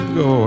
go